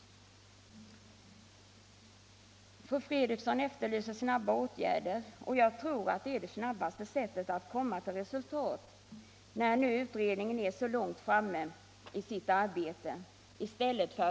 Fru Fredrikson efterlyser snabba åtgärder, och jag tror att detta är det snabbaste sättet att komma till resultat, när nu utredningen är så långt framme, inte att påbörja nya utredningar.